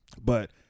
But-